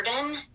burden